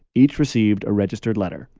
each received a registered letter.